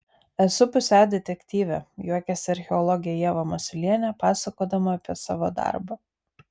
esu pusiau detektyvė juokiasi archeologė ieva masiulienė pasakodama apie savo darbą